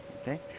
Okay